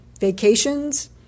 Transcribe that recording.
vacations